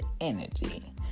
energy